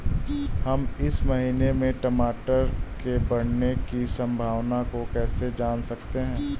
हम इस महीने में टमाटर के बढ़ने की संभावना को कैसे जान सकते हैं?